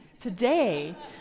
Today